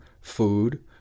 food